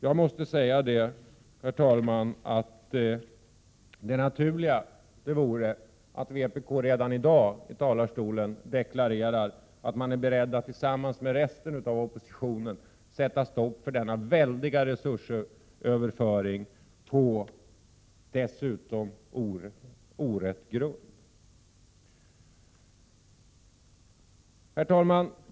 Jag måste säga att det rimliga vore att vpk redan i dag i talarstolen deklarerade att man är beredd att tillsammans med resten av oppositionen sätta stopp för denna väldiga resursöverföring, dessutom på orätt grund. Herr talman!